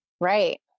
Right